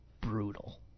brutal